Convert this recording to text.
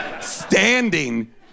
Standing